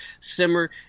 simmer